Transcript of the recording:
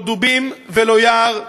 לא דובים ולא יער,